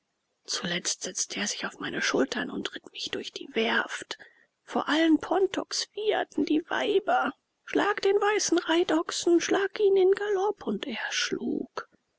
zuletzt setzte er sich auf meine schultern und ritt mich durch die werft vor allen pontoks wieherten die weiber schlag den weißen reitochsen schlag ihn in galopp und er schlug